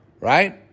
Right